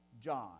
John